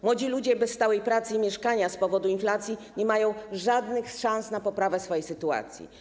Młodzi ludzie bez stałej pracy i mieszkania z powodu inflacji nie mają żadnych szans na poprawę swojej sytuacji.